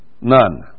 none